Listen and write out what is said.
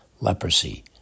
leprosy